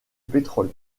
pétrole